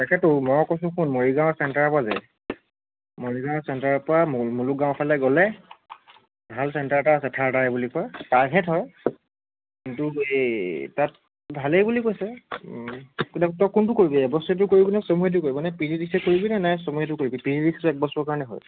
তাকেতো মই কৈছোঁ শুন মৰিগাঁও চেণ্টাৰৰ পৰা যে মৰিগাঁও চেণ্টাৰৰ পৰা মলো মলোগাঁও ফালে গ'লে ভাল চেণ্টাৰ এটা আছে থাৰ্ড আই বুলি কয় প্ৰাইভেট হয় কিন্তু এই তাত ভালেই বুলি কৈছে তই কোনটো কৰিবি এবছৰীয়াটো কৰিবি নে ছয়মহীয়াটো কৰিবি নে পি জি ডি চিটো কৰিবি নে ছয়মহীয়াটো কৰিবি পি জি ডি চিত একবছৰৰ কাৰণে হয়